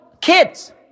kids